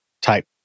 type